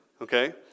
Okay